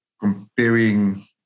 comparing